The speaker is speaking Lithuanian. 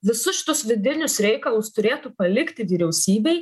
visus šitus vidinius reikalus turėtų palikti vyriausybei